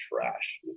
trash